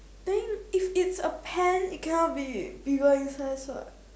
then if it's a pen it cannot be reversed in size what